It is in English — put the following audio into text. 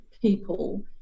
people